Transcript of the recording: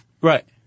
Right